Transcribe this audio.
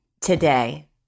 today